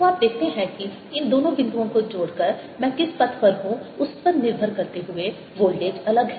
तो आप देखते हैं कि इन दोनों बिंदुओं को जोड़कर मैं किस पथ पर हूं उस पर निर्भर करते हुए वोल्टेज अलग है